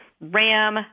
Ram